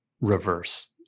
reverse